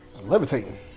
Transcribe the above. levitating